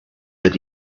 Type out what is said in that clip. that